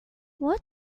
what